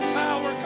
power